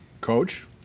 Coach